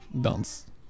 dance